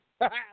Ha-ha